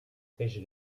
peix